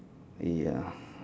ya